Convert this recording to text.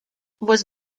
was